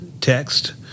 text